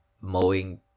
mowing